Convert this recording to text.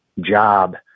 job